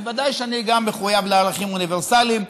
ודאי שאני גם מחויב לערכים אוניברסליים,